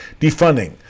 Defunding